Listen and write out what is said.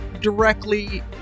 directly